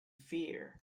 fear